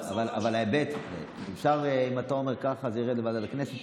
אבל הבט, אם אתה אומר ככה אז זה ירד לוועדת הכנסת.